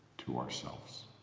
to ourselves.